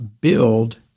build